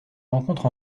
rencontre